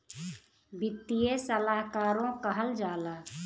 वित्तीय सलाहकारो कहल जाला